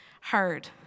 hard